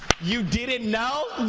you didn't know?